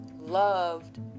loved